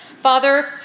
Father